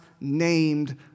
named